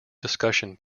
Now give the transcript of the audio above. discussion